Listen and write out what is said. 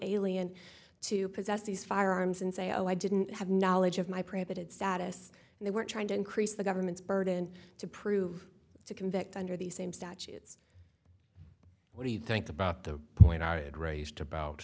alien to possess these firearms and say oh i didn't have knowledge of my private id status and they were trying to increase the government's burden to prove to convict under the same statutes what do you think about the point i had raised about